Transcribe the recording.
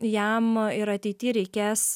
jam ir ateity reikės